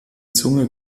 zunge